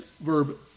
verb